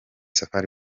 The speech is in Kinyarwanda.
safari